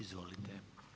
Izvolite.